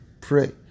pray